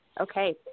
Okay